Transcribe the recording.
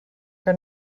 que